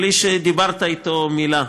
בלי שדיברת אתו מילה.